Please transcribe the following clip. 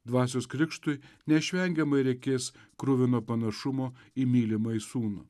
dvasios krikštui neišvengiamai reikės kruvino panašumo į mylimąjį sūnų